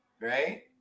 right